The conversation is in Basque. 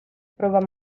proba